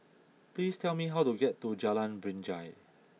please tell me how to get to Jalan Binjai